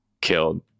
killed